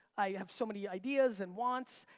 i have so many ideas and wants,